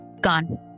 gone